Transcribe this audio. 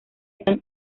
están